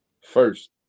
first